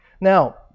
Now